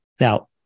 Now